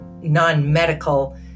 non-medical